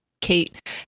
kate